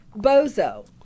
Bozo